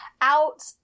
out